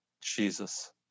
Jesus